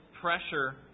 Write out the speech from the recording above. pressure